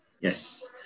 Yes